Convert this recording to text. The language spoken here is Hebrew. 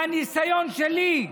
מהניסיון שלי,